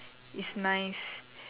is nice